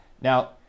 Now